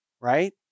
right